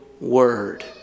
word